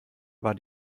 war